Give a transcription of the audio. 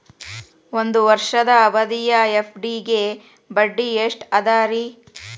ಒಂದ್ ವರ್ಷದ ಅವಧಿಯ ಎಫ್.ಡಿ ಗೆ ಬಡ್ಡಿ ಎಷ್ಟ ಅದ ರೇ?